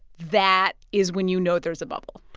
that is when you know there's a bubble?